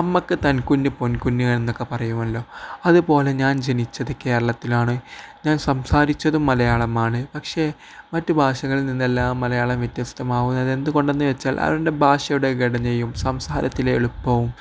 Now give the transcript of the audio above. അമ്മയ്ക്ക് തൻകുഞ്ഞ് പൊൻകുഞ്ഞ് എന്നൊക്കെ പറയുമല്ലോ അതുപോലെ ഞാൻ ജനിച്ചത് കേരളത്തിലാണ് ഞാൻ സംസാരിച്ചതും മലയാളമാണ് പക്ഷേ മറ്റ് ഭാഷകളിൽ നിന്നെല്ലാം മലയാളം വ്യത്യസ്തമാകുന്നത് എന്തുകൊണ്ടാണെന്ന് വെച്ചാൽ ആ ഭാഷയുടെ ഘടനയും സംസാരത്തിലെ എളുപ്പവും